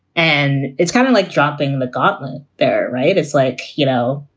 and it's kind of like dropping mcgartland there, right? it's like, you know,